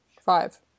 five